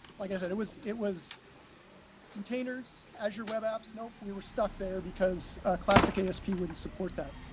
like i said, it was it was containers as your web apps. nope, we were stuck there because classic isp wouldn't support that.